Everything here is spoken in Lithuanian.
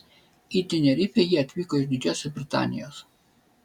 į tenerifę jie atvyko iš didžiosios britanijos